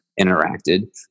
interacted